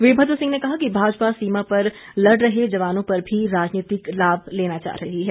वीरभद्र सिंह ने कहा कि भाजपा सीमा पर लड़ रहे जवानों पर भी राजनीतिक लाभ लेना चाह रही है